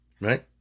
Right